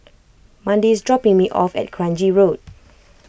Mandi is dropping me off at Kranji Road